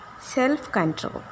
self-control